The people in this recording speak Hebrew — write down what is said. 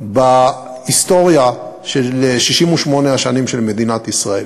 בהיסטוריה של 68 השנים של מדינת ישראל.